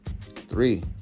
Three